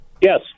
Yes